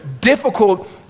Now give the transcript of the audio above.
difficult